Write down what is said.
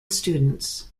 students